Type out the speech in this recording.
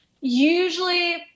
usually